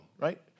right